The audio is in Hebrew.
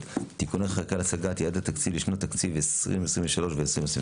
(תיקוני חקיקה להשגת יעדי תקציב לשנות התקציב 2023 ו-2023),